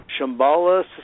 Shambhala